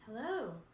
Hello